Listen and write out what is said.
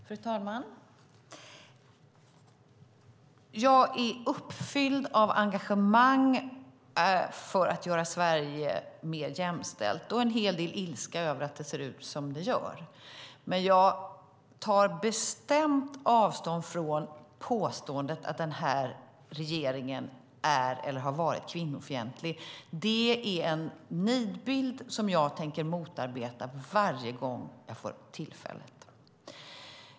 Fru talman! Jag är uppfylld av engagemang för att göra Sverige mer jämställt och av en hel del ilska över att det ser ut som det gör. Men jag tar bestämt avstånd från påståendet att denna regering är eller har varit kvinnofientlig. Det är en nidbild som jag tänker motarbeta varje gång jag får tillfälle.